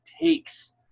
takes